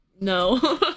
No